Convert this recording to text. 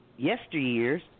yesteryears